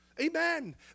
amen